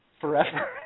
Forever